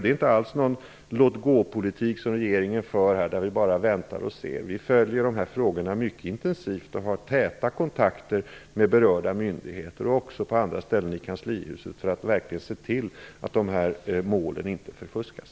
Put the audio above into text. Det är inte alls någon låt-gå-politik som regeringen för där vi bara väntar och ser. Vi har täta kontakter med berörda myndigheter och olika enheter på kanslihuset för att verkligen se till att målen inte förfuskas.